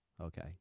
okay